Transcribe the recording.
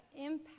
impact